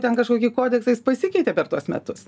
ten kažkokį kodeksą jis pasikeitė per tuos metus